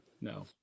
No